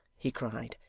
he cried,